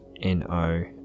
N-O